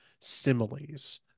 similes